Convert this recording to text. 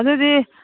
ꯑꯗꯨꯗꯤ